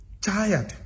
tired